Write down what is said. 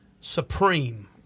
Supreme